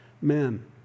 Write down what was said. men